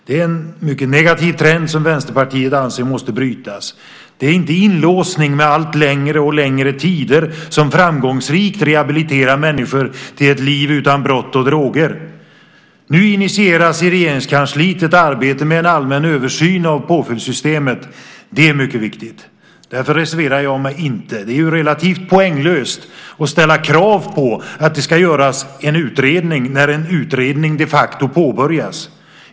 Det är en mycket negativ trend som Vänsterpartiet anser måste brytas. Det är inte inlåsning med allt längre och längre tider som framgångsrikt rehabiliterar människor till ett liv utan brott och droger. Nu initieras i Regeringskansliet ett arbete med en allmän översyn av påföljdssystemet. Det är mycket viktigt. Därför reserverar jag mig inte. Det är relativt poänglöst att ställa krav på att det ska göras en utredning när en utredning de facto påbörjas.